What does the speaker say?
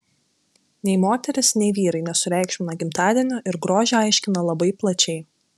nei moterys nei vyrai nesureikšmina gimtadienių ir grožį aiškina labai plačiai